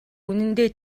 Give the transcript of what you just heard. үнэндээ